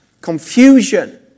confusion